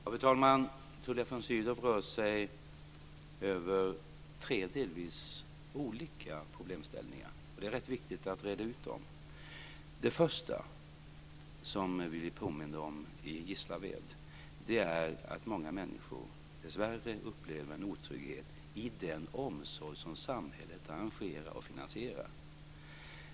Fru talman! Tullia von Sydow rör sig över tre delvis olika problemställningar, och det är rätt viktigt att reda ut dem. Det första som vi blir påminda om i Gislaved är att många människor dessvärre upplever en otrygghet i den omsorg som samhället arrangerar och finansierar.